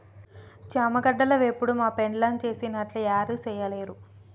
చామగడ్డల వేపుడు మా పెండ్లాం సేసినట్లు యారు సెయ్యలేరు